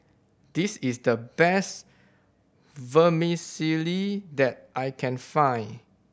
this is the best Vermicelli that I can find